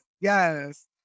Yes